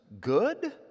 good